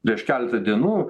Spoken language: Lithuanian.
prieš keletą dienų